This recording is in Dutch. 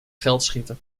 geldschieter